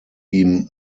ihm